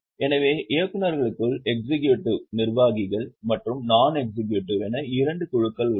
எனவே இயக்குநர்களுக்குள் எக்ஸிக்யூடிவ் நிர்வாகி மற்றும் நாண் எக்ஸிக்யூடிவ் இரண்டு குழுக்கள் உள்ளன